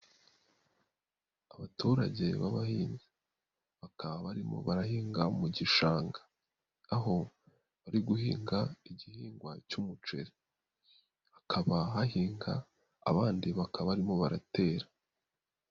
Abaturage b'abahinzi bakaba barimo barahinga mu gishanga, aho bari guhinga igihingwa cy'umuceri, bakaba hahinga abandi bakaba barimo baratera.